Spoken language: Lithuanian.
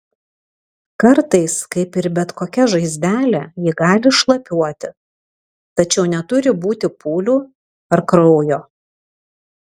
kartais kaip ir bet kokia žaizdelė ji gali šlapiuoti tačiau neturi būti pūlių ar kraujo